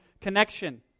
connection